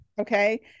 Okay